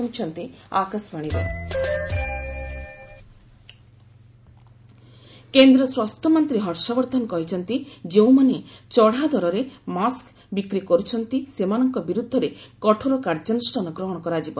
ବର୍ଦ୍ଧନ mask କେନ୍ଦ୍ର ସ୍ୱାସ୍ଥ୍ୟମନ୍ତ୍ରୀ ହର୍ଷବର୍ଦ୍ଧନ କହିଛନ୍ତି ଯେଉଁମାନେ ଚଢ଼ା ଦରରେ ମାସ୍କ ବିକ୍ତି କରୁଛନ୍ତି ସେମାନଙ୍କ ବିରୁଦ୍ଧରେ କଠୋର କାର୍ଯ୍ୟାନୁଷ୍ଠାନ ଗ୍ରହଣ କରାଯିବ